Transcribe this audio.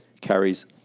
Carries